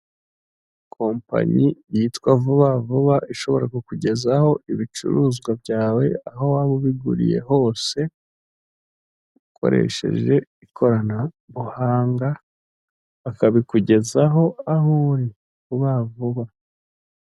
Kopanyi yitwa vuba vuba ishobora kukugezaho ibicuruzwa byawe aho waba ubiguriye hose ukoresheje ikoranabuhanga, ukabikugezaho vuba vuba.